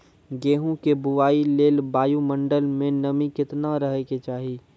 गेहूँ के बुआई लेल वायु मंडल मे नमी केतना रहे के चाहि?